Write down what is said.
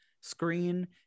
screen